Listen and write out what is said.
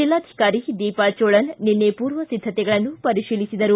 ಜಿಲ್ಲಾಧಿಕಾರಿ ದೀಪಾ ಚೋಳನ್ ನಿನ್ನೆ ಪೂರ್ವ ಸಿದ್ದತೆಗಳನ್ನು ಪರಿಶೀಲಿಸಿದರು